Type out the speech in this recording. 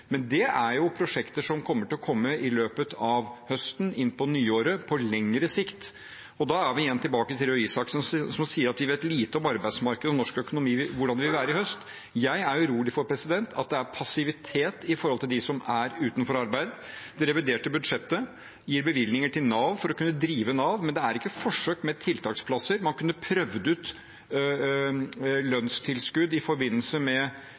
er prosjekter som kommer til å komme i løpet av høsten, på nyåret, på lengre sikt. Og da er vi igjen tilbake til Røe Isaksen, som sier at vi vet lite om arbeidsmarkedet og norsk økonomi og hvordan det vil være i høst. Jeg er urolig for at det er passivitet med tanke på dem som er utenfor arbeid. Det reviderte budsjettet gir bevilgninger til Nav for å kunne drive Nav, men det er ikke forsøk med tiltaksplasser. Man kunne prøvd ut lønnstilskudd i forbindelse med